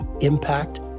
impact